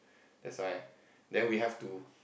that's why then we have to